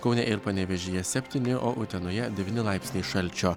kaune ir panevėžyje septyni o utenoje devyni laipsniai šalčio